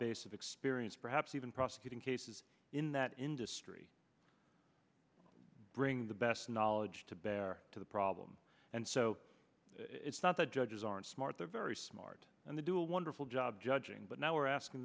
base of experience perhaps even prosecuting cases in that industry bring the best knowledge to bear to the problem and so it's not the judges aren't smart they're very smart and they do a wonderful job judging but now we're asking